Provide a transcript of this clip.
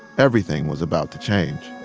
everything was about to change